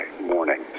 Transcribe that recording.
morning